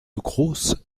grosse